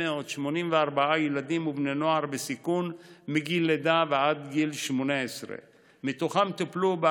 55,884 ילדים ובני נוער בסיכון מגיל לידה עד גיל 18. מתוכם טופלו,